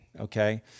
Okay